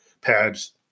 pads